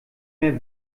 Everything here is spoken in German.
mehr